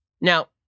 Now